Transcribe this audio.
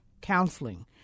counseling